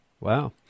Wow